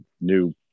new